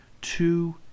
two